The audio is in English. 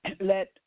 Let